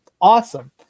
Awesome